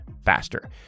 faster